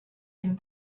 him